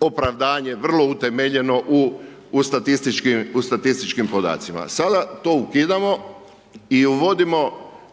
opravdanje, vrlo utemeljeno u statističkim podacima. Sada to ukidamo i uvodimo,